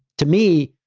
to me,